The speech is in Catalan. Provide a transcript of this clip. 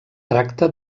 tracta